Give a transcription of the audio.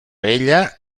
ella